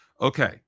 okay